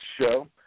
show